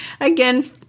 Again